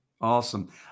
Awesome